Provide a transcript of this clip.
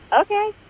Okay